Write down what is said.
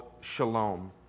shalom